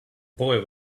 boy